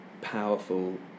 powerful